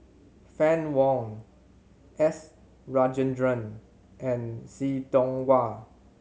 Fann Wong S Rajendran and See Tiong Wah